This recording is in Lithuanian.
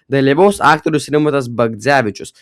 dalyvaus aktorius rimantas bagdzevičius